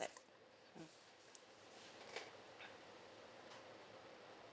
like mm